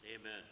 Amen